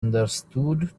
understood